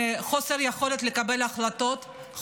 חוסר יכולת לקבל החלטות,